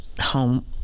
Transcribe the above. home